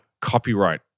copyright